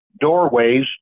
doorways